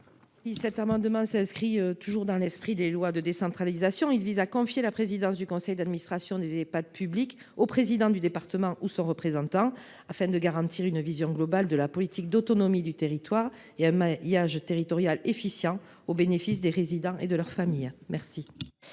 Cet amendement s’inscrit dans l’esprit des lois de décentralisation. Il vise à confier la présidence du conseil d’administration des Ehpad publics au président du département, ou à son représentant, afin de garantir une vision globale de la politique d’autonomie du territoire et un maillage territorial efficient au bénéfice des résidents et de leurs familles. La